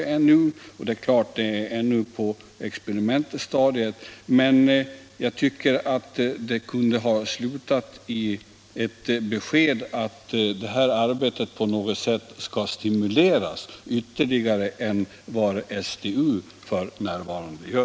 Projektet befinner sig visserligen ännu på experimentstadiet, men jag tycker ändå att svaret kunde ha slutat i ett besked om att detta arbete på något sätt skall stimuleras utöver vad STU f.n. gör.